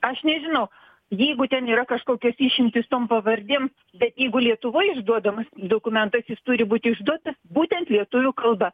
aš nežinau jeigu ten yra kažkokios išimtys tom pavardėm bet jeigu lietuvoj išduodamas dokumentas jis turi būti išduotas būtent lietuvių kalba